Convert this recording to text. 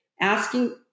asking